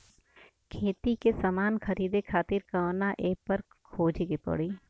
खेती के समान खरीदे खातिर कवना ऐपपर खोजे के पड़ी?